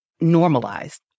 normalized